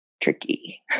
tricky